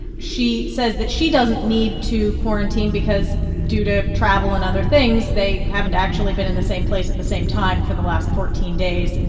she says that she doesn't need to quarantine because, due to travel and other things, they haven't actually been in the same place at the same time for the last fourteen days. and